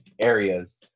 areas